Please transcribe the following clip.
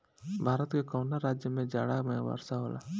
भारत के कवना राज्य में जाड़ा में वर्षा होला?